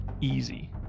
easy